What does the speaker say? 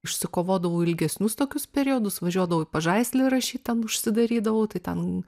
išsikovodavau ilgesnius tokius periodus važiuodavau į pažaislį rašyt ten užsidarydavau tai ten